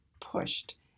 pushed